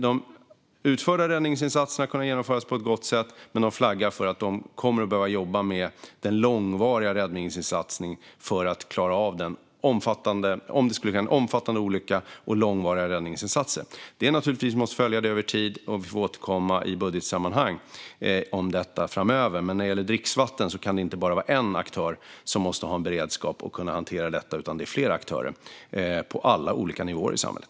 De utförda räddningsinsatserna har kunnat genomföras på ett gott sätt, men de flaggar för vad som krävs om det skulle ske en omfattande olycka och behövas långvariga räddningsinsatser. Naturligtvis vi måste följa detta över tid. Vi får återkomma i budgetsammanhang framöver. Men när det gäller dricksvatten ska det inte bara vara en aktör som måste ha beredskap och kunna hantera detta, utan det ska vara flera aktörer på alla olika nivåer i samhället.